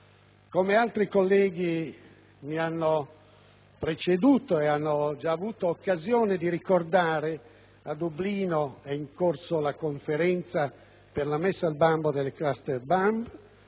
Come altri colleghi che mi hanno preceduto hanno già avuto occasione di ricordare, a Dublino è in corso la Conferenza per la messa al bando delle *cluster bomb*